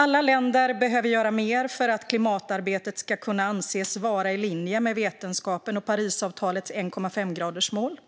Alla länder behöver göra mer för att klimatarbetet ska kunna anses vara i linje med vetenskapen och Parisavtalets 1,5-gradersmål.